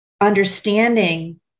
understanding